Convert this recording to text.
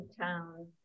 towns